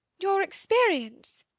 your experience!